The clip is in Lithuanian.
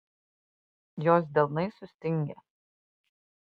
jos delnai sustingę